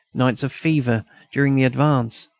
nights of fever during the advance,